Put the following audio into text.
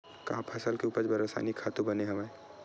का फसल के उपज बर रासायनिक खातु बने हवय?